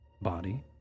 body